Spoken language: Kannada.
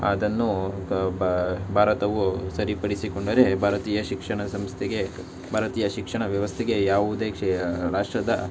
ಅದನ್ನು ಭಾರತವು ಸರಿಪಡಿಸಿಕೊಂಡರೆ ಭಾರತೀಯ ಶಿಕ್ಷಣ ಸಂಸ್ಥೆಗೆ ಭಾರತೀಯ ಶಿಕ್ಷಣ ವ್ಯವಸ್ಥೆಗೆ ಯಾವುದೇ ರಾಷ್ಟ್ರದ